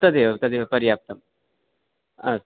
तदेव तदेव पर्याप्तम् अस्तु